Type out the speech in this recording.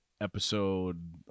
episode